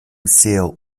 sehr